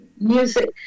Music